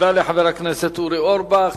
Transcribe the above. תודה לחבר הכנסת אורי אורבך.